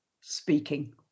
speaking